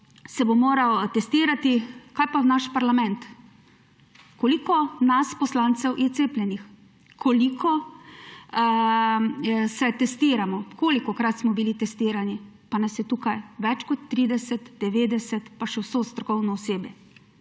Se bo moral testirati. Kaj pa v naš parlament? Koliko nas poslancev je cepljenih? Koliko se testiramo? Kolikokrat smo bili testirani? Pa nas je tukaj več kot 30, 90, pa še vso strokovno osebje.